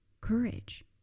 courage